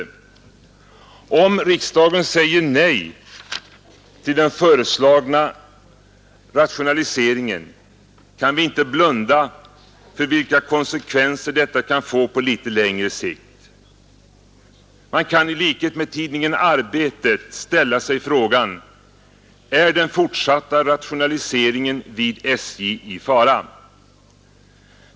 Om riksdagen säger nej till den föreslagna rationaliseringen kan vi inte blunda för vilka konsekvenser detta kan få på litet längre sikt. Man kan i likhet med tidningen Arbetet ställa sig frågan: Är den fortsatta rationaliseringen vid SJ i fara?